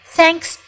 Thanks